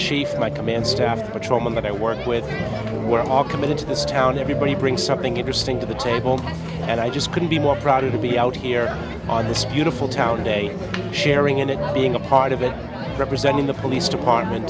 chiefs my command staff the patrolmen that i work with we're all committed to this town everybody brings something interesting to the table and i just couldn't be more proud to be out here on this beautiful town day sharing and it being a part of it representing the police department